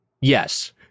Yes